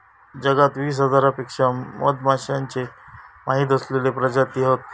जगात वीस हजारांपेक्षा मधमाश्यांचे माहिती असलेले प्रजाती हत